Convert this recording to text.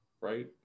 right